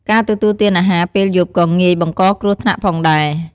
ការទទួលទានអាហារពេលយប់ក៏ងាយបង្ករគ្រោះថ្នាក់ផងដែរ។